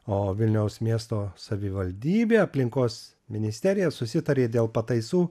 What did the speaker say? o vilniaus miesto savivaldybė aplinkos ministerija susitarė dėl pataisų